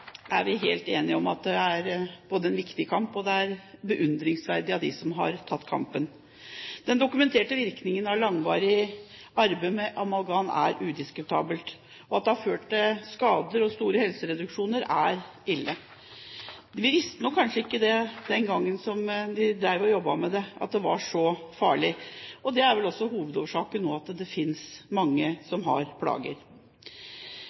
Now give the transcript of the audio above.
syke. Vi er helt enige om at det er en viktig kamp, og det er beundringsverdig av dem som har tatt kampen. Den dokumenterte virkningen av langvarig arbeid med amalgam er udiskutabel, og at det har ført til skader og store helsereduksjoner er ille. Vi visste nok kanskje ikke at det var så farlig, den gangen de jobbet med det, og det er vel også hovedårsaken til at det finnes mange